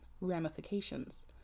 ramifications